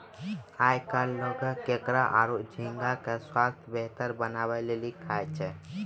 आयकल लोगें केकड़ा आरो झींगा के स्वास्थ बेहतर बनाय लेली खाय छै